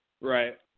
Right